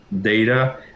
data